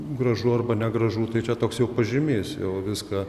gražu arba negražu tai čia toks jau pažymys jau viską